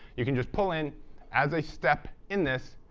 you can just pull in as a step in this,